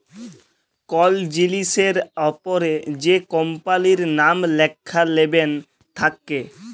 call জিলিসের অপরে যে কম্পালির লাম ল্যাখা লেবেল থাক্যে